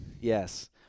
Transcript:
yes